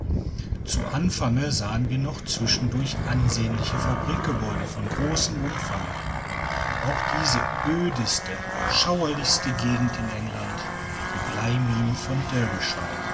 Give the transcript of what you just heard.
zu anfange sahen wir noch zwischendurch ansehnliche fabrikgebäude von großem umfange auch diese ödeste schauerlichste gegend in england die bleiminen von